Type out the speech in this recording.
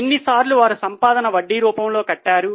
ఎన్నిసార్లు వారు సంపాదన వడ్డీ రూపంలో కట్టారు